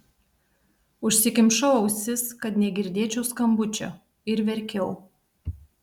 užsikimšau ausis kad negirdėčiau skambučio ir verkiau